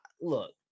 Look